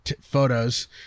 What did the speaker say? photos